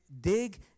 dig